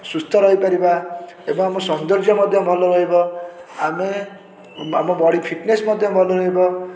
ସୁସ୍ଥ ରହିପାରିବା ଏବଂ ଆମ ସୌନ୍ଦର୍ଯ୍ୟ ମଧ୍ୟ ଭଲ ରହିବ ଆମେ ଆମ ବଡ଼ି ଫିଟନେସ୍ ମଧ୍ୟ ଭଲ ରହିବ